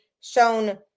shown